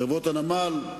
חברות הנמל,